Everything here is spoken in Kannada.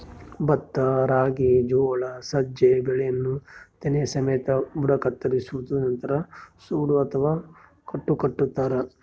ಭತ್ತ ರಾಗಿ ಜೋಳ ಸಜ್ಜೆ ಬೆಳೆಯನ್ನು ತೆನೆ ಸಮೇತ ಬುಡ ಕತ್ತರಿಸೋದು ನಂತರ ಸೂಡು ಅಥವಾ ಕಟ್ಟು ಕಟ್ಟುತಾರ